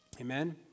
Amen